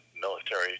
military